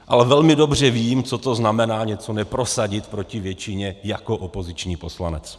Ale velmi dobře vím, co to znamená něco neprosadit proti většině jako opoziční poslanec.